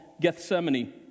Gethsemane